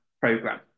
program